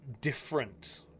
different